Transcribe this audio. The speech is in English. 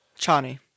Chani